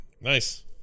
Nice